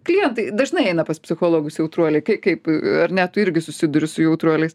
klientai dažnai eina pas psichologus jautruoliai kai kaip ar ne tu irgi susiduri su jautruoliai